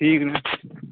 ठीक